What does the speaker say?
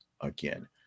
again